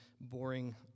boring